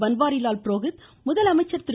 பன்வாரிலால் புரோகித் முதலமைச்சர் திரு